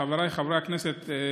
חבריי חברי הכנסת,